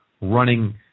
running